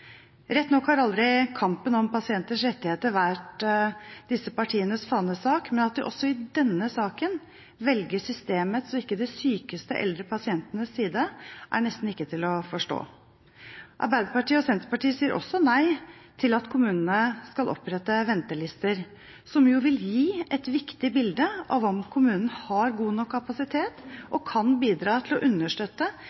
Rett nok har aldri kampen om pasienters rettigheter vært disse partienes fanesak, men at de også i denne saken velger systemets og ikke de sykeste eldre pasientenes side, er nesten ikke til å forstå. Arbeiderpartiet og Senterpartiet sier også nei til at kommunene skal opprette ventelister, som jo vil gi et viktig bilde av om kommunen har god nok kapasitet